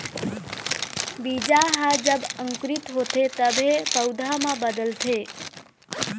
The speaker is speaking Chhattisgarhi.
बीजा ह जब अंकुरित होथे तभे पउधा म बदलथे